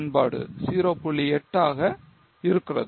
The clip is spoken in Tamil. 8 ஆக இருக்கிறது